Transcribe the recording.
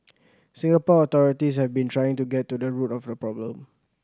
Singapore authorities have been trying to get to the root of the problem